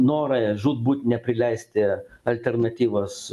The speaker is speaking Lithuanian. norą žūtbūt neprileisti alternatyvos